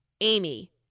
Amy